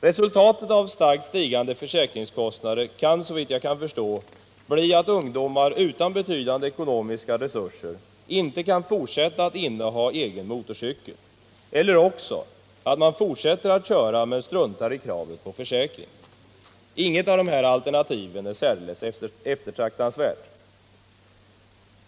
Resultatet av starkt stigande försäkringskostnader kan, såvitt jag förstår, bli att ungdomar utan betydande ekonomiska resurser inte kan fortsätta att inneha egen motorcykel eller också att man fortsätter att köra men struntar i kravet på försäkring. Inget av dessa alternativ är särdeles eftertraktansvärt.